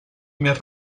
més